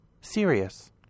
Serious